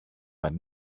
but